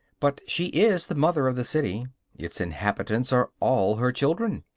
but she is the mother of the city its inhabitants are all her children.